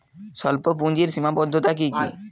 স্বল্পপুঁজির সীমাবদ্ধতা কী কী?